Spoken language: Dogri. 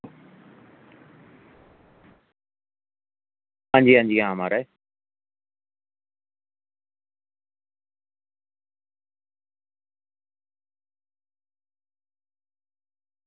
हां जी हां जी हां महाराज